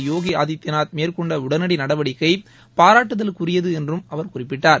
யோகி ஆதித்யாத் மேற்கொண்ட உடனடி நடவடிக்கை பாராட்டுதலுக்குரியது என்றும் அவர் குறிப்பிட்டார்